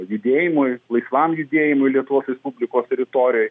judėjimui laisvam judėjimui lietuvos respublikos teritorijoj